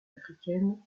africaines